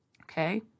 Okay